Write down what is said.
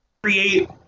create